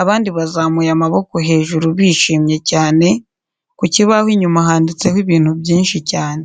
abandi bazamuye amaboko hejuru bishimye cyane, ku kibaho inyuma handitseho ibintu byinshi cyane.